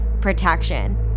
protection